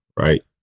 right